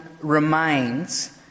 remains